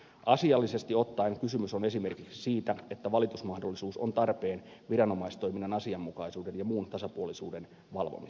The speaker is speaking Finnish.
asiallisesti ottaen kysymys on esimerkiksi siitä että valitusmahdollisuus on tarpeen viranomaistoiminnan asianmukaisuuden ja muun tasapuolisuuden valvomiseksi